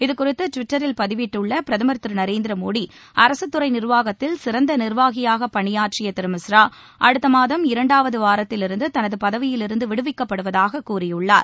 இதுகுறித்து டுவிட்டரில் பதிவிட்டுள்ள பிரதமர் திரு நரேந்திர மோடி அரகத் துறை நிா்வாகத்தில் சிறந்த நிர்வாகியாக பணியாற்றிய திரு மிஸ்ரா அடுத்தமாதம் இரண்டாவது வாரத்திலிருந்து தனது பதவியிலிருந்து விடுவிக்கப்படுவதாக கூறியுள்ளார்